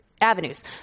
avenues